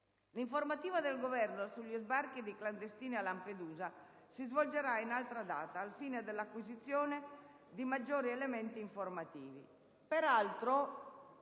l'informativa del Governo sugli sbarchi di clandestini a Lampedusa si svolgerà in altra data, al fine dell'acquisizione di maggiori elementi informativi.